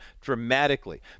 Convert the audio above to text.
dramatically